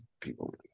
people